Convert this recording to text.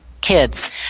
kids